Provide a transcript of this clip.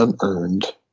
unearned